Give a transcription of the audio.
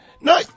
No